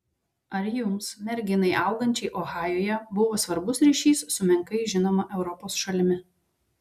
ar jums merginai augančiai ohajuje buvo svarbus ryšys su menkai žinoma europos šalimi